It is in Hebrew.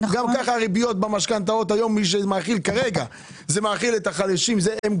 גם ככה הריבית במשכנתאות היום כרגע גומר את החלשים.